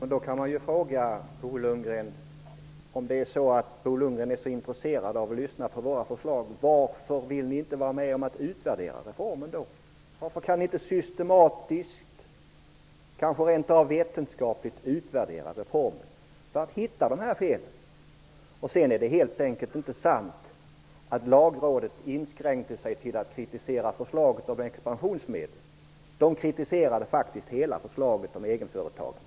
Herr talman! Om Bo Lundgren är så intresserad av att lyssna på Socialdemokraternas förslag undrar jag varför ni inte vill vara med om att utvärdera reformen. Varför kan ni inte systematiskt, kanske rent av vetenskapligt, utvärdera reformen för att finna felen. Det är helt enkelt inte sant att lagrådet inskränkte sig till att kritisera förslaget om expensionsmedel. Lagrådet kritiserade faktiskt hela förslaget om egenföretagen.